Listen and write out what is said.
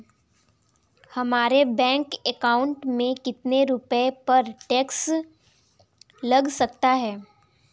हमारे bank account में कितने रुपये पर टैक्स लग सकता है?